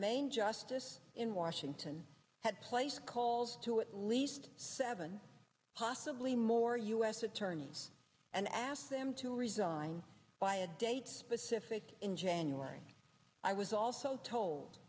main justice in washington had placed calls to at least seven possibly more u s attorneys and asked them to resign by a date specific in january i was also told